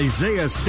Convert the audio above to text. Isaiah